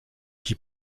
qui